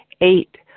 Eight